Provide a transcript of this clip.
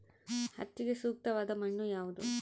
ಹತ್ತಿಗೆ ಸೂಕ್ತವಾದ ಮಣ್ಣು ಯಾವುದು?